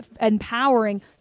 empowering